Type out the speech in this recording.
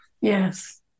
Yes